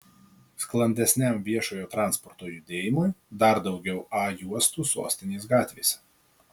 sklandesniam viešojo transporto judėjimui dar daugiau a juostų sostinės gatvėse